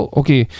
okay